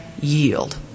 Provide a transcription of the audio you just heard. yield